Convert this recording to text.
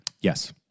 yes